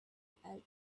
alchemist